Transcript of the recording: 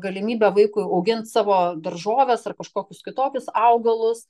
galimybė vaikui augint savo daržoves ar kažkokius kitokius augalus